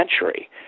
century